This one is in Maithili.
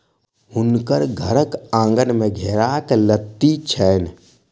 हुनकर घरक आँगन में घेराक लत्ती छैन